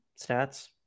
stats